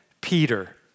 Peter